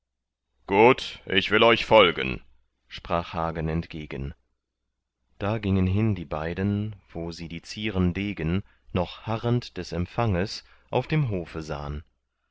gut ich will euch folgen sprach hagen entgegen da gingen hin die beiden wo sie die zieren degen noch harrend des empfanges auf dem hofe